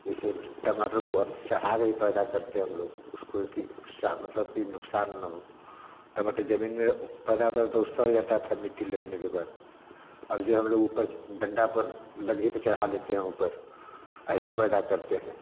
जैसे टमाटर को चढ़ाके ही पैदा करते हैं हम लोग उसको कि सा मतलब कि नुकसान ना हो टमाटर ज़मीन में पैदा होता है तो ओ सड़ जाता था मिट्टी लगने के बाद अब जो हम लोग ऊपर च डंडा पर लग्गी पे चढ़ा लेते हैं ऊपर ऐसे पैदा करते हैं